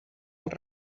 els